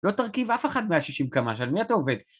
לא תרכיב אף אחד 160 קמ"ש, על מי אתה עובד?